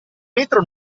metro